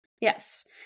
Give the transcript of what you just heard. Yes